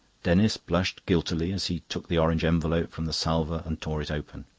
denis blushed guiltily as he took the orange envelope from the salver and tore it open.